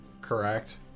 Correct